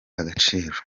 agaciro